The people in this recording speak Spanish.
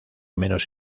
menos